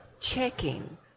checking